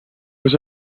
was